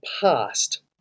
past